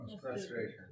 Frustration